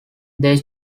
they